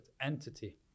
entity